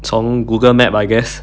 从 Google map I guess